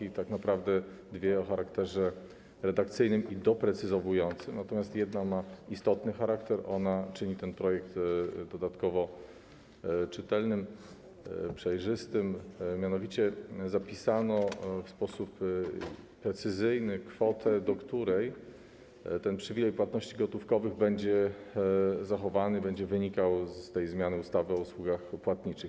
Dwie są tak naprawdę o charakterze redakcyjnym i doprecyzowującym, natomiast jedna jest o tyle istotna, że czyni ten projekt dodatkowo czytelnym, przejrzystym, mianowicie zapisano w sposób precyzyjny kwotę, do której ten przywilej płatności gotówkowych będzie zachowany, co będzie wynikało z tej zmiany ustawy o usługach płatniczych.